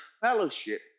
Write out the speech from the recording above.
fellowship